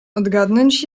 odgadnąć